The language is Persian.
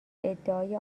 ادعای